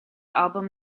album